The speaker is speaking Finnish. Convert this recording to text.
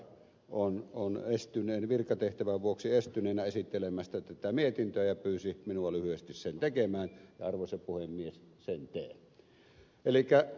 leppä on virkatehtävän vuoksi estyneenä esittelemästä tätä mietintöä ja pyysi minua lyhyesti sen tekemään ja arvoisa puhemies sen teen